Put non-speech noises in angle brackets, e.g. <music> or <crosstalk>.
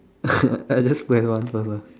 <laughs> I just plan one first lah